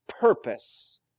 purpose